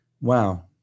wow